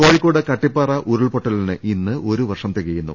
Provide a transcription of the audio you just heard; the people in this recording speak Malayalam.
കോഴിക്കോട് കട്ടിപ്പാറ ഉരുൾപ്പൊട്ടലിന് ഇന്ന് ഒരു വർഷം തിക യുന്നു